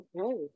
Okay